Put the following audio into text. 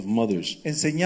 mothers